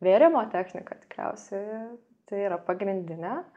vėrimo technika tikriausiai tai yra pagrindinė